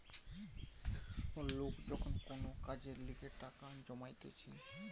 লোক যখন কোন কাজের লিগে টাকা জমাইতিছে